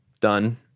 done